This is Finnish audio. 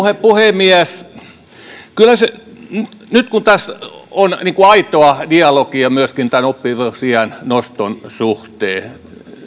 puhemies nyt kun tässä on aitoa dialogia myöskin tämän oppivelvollisuusiän noston suhteen